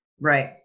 right